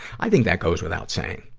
i think that goes without saying,